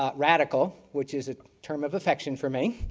ah radical, which is a term of affection for me